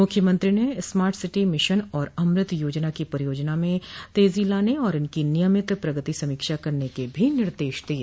मुख्यमंत्री ने smart city mission और अमृत योजना की परियोजना में तेजी लाने और इनकी नियमित प्रगति समीक्षा करने के भी निर्देश दिये